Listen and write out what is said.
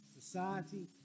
Society